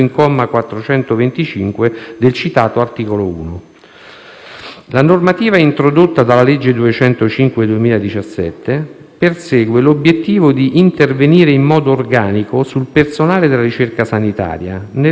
La normativa introdotta dalla legge n. 205 del 2017 persegue l'obiettivo di intervenire in modo organico sul personale della ricerca sanitaria, nell'ottica di salvaguardare la continuità di carriera del ricercatore